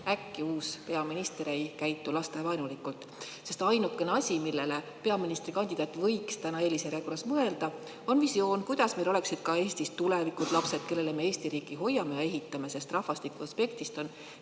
äkki uus peaminister ei käitu lastevaenulikult. Ainukene asi, millele peaministrikandidaat võiks täna eelisjärjekorras mõelda, on visioon, kuidas meil oleksid Eestis ka tulevikus lapsed, kellele me Eesti riiki hoiame ja ehitame. Rahvastiku aspektist on